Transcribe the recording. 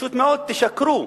פשוט מאוד, תשקרו,